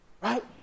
right